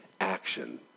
action